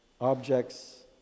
objects